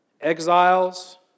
Exiles